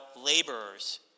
laborers